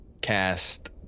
cast